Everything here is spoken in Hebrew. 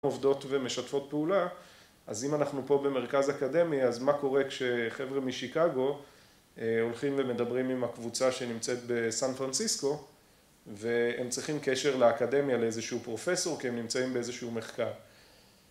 עובדות ומשתפות פעולה, אז אם אנחנו פה במרכז אקדמי, אז מה קורה כשחבר'ה משיקגו הולכים ומדברים עם הקבוצה שנמצאת בסן פרנסיסקו והם צריכים קשר לאקדמיה לאיזשהו פרופסור כי הם נמצאים באיזשהו מחקר.